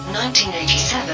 1987